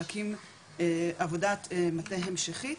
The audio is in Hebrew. להקים עבודת מטה המשכית,